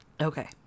Okay